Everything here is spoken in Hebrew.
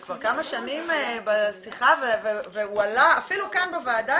זה כבר כמה שנים בשיחה והועלה אפילו כאן בוועדה,